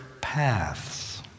paths